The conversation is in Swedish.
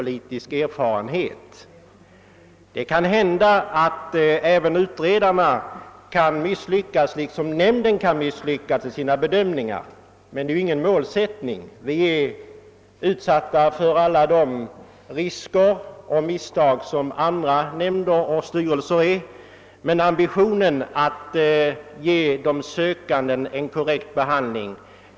Det kan naturligtvis hända att utredarna, liksom nämnden, någon gång kan misslyckas i sina bedömningar. Vi är liksom alla andra nämnder och styrelser utsatta för risken att begå misstag av olika slag, men nämnden har verkligen vinnlagt sig om att ge alla sökande en korrekt behandling.